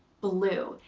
blue,